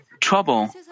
trouble